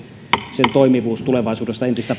sen toimivuus tulevaisuudessa entistä